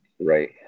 Right